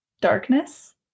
darkness